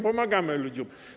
Pomagamy ludziom.